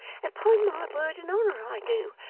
upon my word and honour i do.